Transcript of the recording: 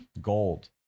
gold